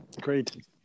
great